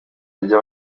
ajya